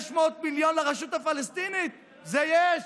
500 מיליון לרשות הפלסטינית, את זה יש,